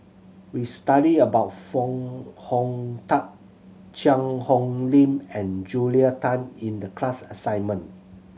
we studied about Foo Hong Tatt Cheang Hong Lim and Julia Tan in the class assignment